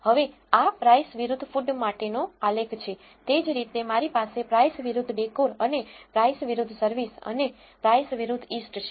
હવે આ price વિરુદ્ધ food માટેનો આલેખ છે તે જ રીતે મારી પાસે price વિરુદ્ધ decor અને price વિરુદ્ધ service અને price વિરુદ્ધ east છે